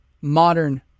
modern